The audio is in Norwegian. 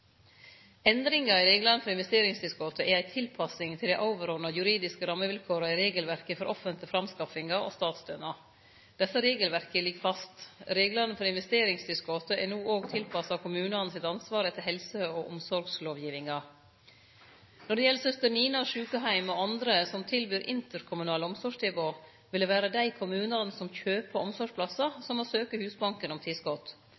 i reglane for investeringstilskotet er ei tilpassing til dei overordna juridiske rammevilkåra i regelverka for offentlege framskaffingar og statsstønad. Desse regelverka ligg fast. Reglane for investeringstilskotet er no òg tilpassa kommunane sitt ansvar etter helse- og omsorgslovgivinga. Når det gjeld Søster Ninas Sykehjem og andre som til byr interkommunale omsorgstilbod, vil det vere dei kommunane som kjøper omsorgsplassar, som må søkje Husbanken om